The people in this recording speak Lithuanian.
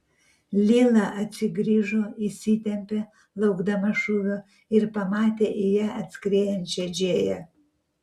lila atsigrįžo įsitempė laukdama šūvio ir pamatė į ją atskriejančią džėją